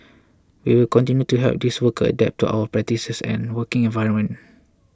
we will continue to help these workers adapt to our practices and working environment